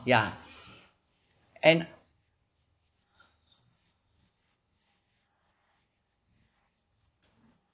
ya and